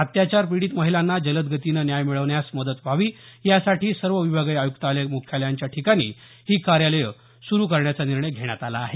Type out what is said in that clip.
अत्याचार पीडित महिलांना जलद गतीनं न्याय मिळण्यास मदत व्हावी यासाठी सर्व विभागीय आय्क्तालय मुख्यालयांच्या ठिकाणी ही कार्यालयं सुरू करण्याचा निर्णय घेण्यात आला आहे